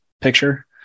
picture